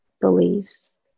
beliefs